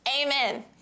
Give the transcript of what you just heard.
amen